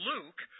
Luke